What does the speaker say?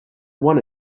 one